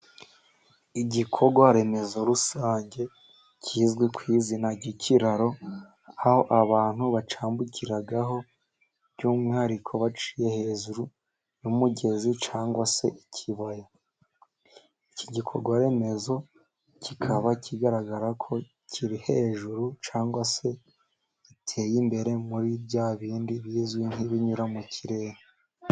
Igikorwa remezo rusange kizwi ku izina ry'ikiraro, aho abantu bacambukiragaho, by'umwihariko baciye hejuru yumugezi cyangwa se ikibaya, iki gikorwaremezo kikaba kigaragara ko kiri hejuru, cyangwa se giteye imbere muri bya bindi bizwi nk'ibinyura mu kirere.